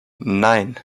nein